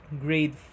grade